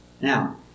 Now